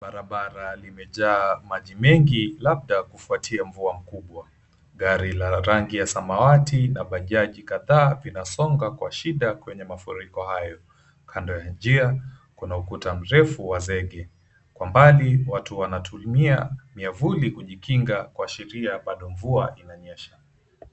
Barabara limejaa maji mengi labda kufuatia mvua mkubwa. Gari la rangi ya samawati na bajaji kadhaa vinasonga kwa shida kwenye mafuriko hayo. Kando ya njia kuna ukuta mrefu wa zege. Kwa mbali watu wanatumia miavuli kujikinga kuashiria bado mvua inanyesha.